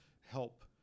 help